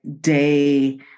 day